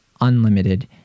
unlimited